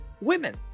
women